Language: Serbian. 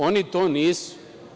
Oni to nisu.